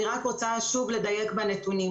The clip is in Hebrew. אני רק רוצה לדייק בנתונים: